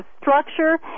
structure